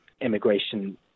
immigration